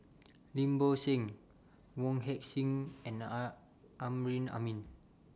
Lim Bo Seng Wong Heck Sing and A Amrin Amin